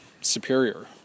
superior